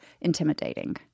intimidating